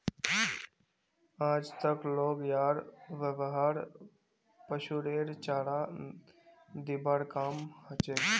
आजक लोग यार व्यवहार पशुरेर चारा दिबार काम हछेक